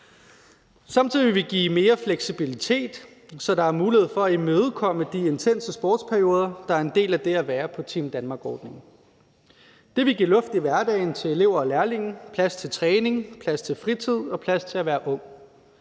Samtidig vil vi give mere fleksibilitet, så der er mulighed for at imødekomme de intense sportsperioder, der er en del af det at være på Team Danmark-ordningen. Det vil give luft i hverdagen til elever og lærlinge, plads til træning, plads til fritid og plads til at være ung.